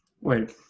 Wait